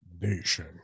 Nation